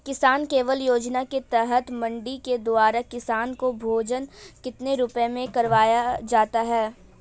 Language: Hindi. किसान कलेवा योजना के तहत मंडी के द्वारा किसान को भोजन कितने रुपए में करवाया जाता है?